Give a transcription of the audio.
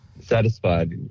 satisfied